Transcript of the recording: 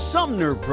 Sumner